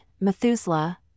Methuselah